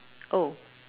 oh